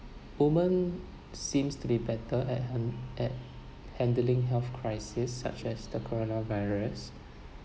women seems to be better at hand~ at handling health crisis such as the coronavirus